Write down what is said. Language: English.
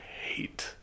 hate